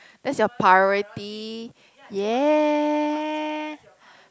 that's your priority ya